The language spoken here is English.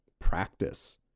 practice